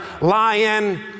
lion